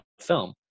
film